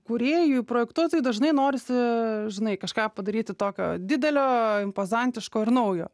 kūrėjui projektuotojui dažnai norisi žinai kažką padaryti tokio didelio impozantiško ir naujo